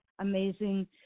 amazing